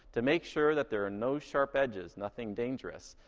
to make sure that there are no sharp edges, nothing dangerous.